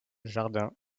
jardin